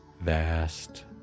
vast